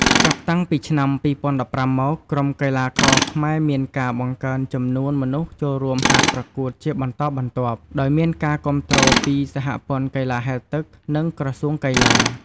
ចាប់តាំងពីឆ្នាំ ២០១៥ មក ក្រុមកីឡាករខ្មែរមានការបង្កើនចំនួនមនុស្សចូលរួមហាត់ប្រកួតជាបន្តបន្ទាប់ ដោយមានការគាំទ្រពីសហព័ន្ធកីឡាហែលទឹក និងក្រសួងកីឡា។